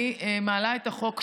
אני מעלה את החוק שלי.